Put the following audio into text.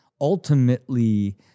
ultimately